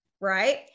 right